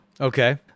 Okay